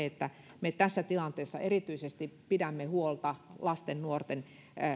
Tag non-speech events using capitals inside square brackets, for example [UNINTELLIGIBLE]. [UNINTELLIGIBLE] että me tässä tilanteessa erityisesti pidämme huolta lasten nuorten